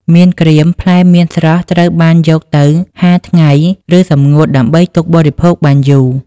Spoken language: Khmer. មៀនក្រៀម ផ្លែមៀនស្រស់ត្រូវបានយកទៅហាលថ្ងៃ ឬសម្ងួតដើម្បីទុកបរិភោគបានយូរ។